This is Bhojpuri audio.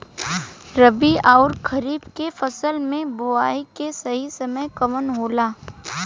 रबी अउर खरीफ के फसल के बोआई के सही समय कवन होला?